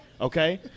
Okay